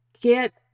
get